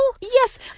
Yes